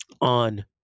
on